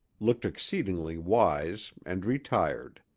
looked exceedingly wise and retired.